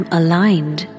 aligned